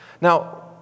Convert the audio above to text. Now